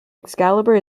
excalibur